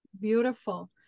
beautiful